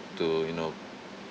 to you know